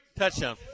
touchdown